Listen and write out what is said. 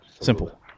Simple